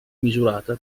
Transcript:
misurata